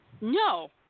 No